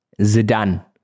Zidane